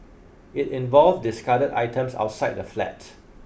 it involved discarded items outside the flat